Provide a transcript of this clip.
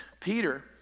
Peter